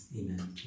amen